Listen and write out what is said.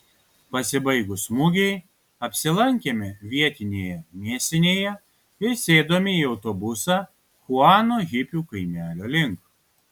pasibaigus mugei apsilankėme vietinėje mėsinėje ir sėdome į autobusą chuano hipių kaimelio link